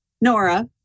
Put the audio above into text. Nora